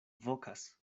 vokas